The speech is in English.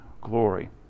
glory